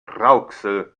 rauxel